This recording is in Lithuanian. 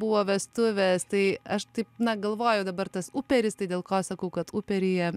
buvo vestuvės tai aš taip na galvoju dabar tas uperis dėl ko sakau kad uperuje